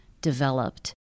developed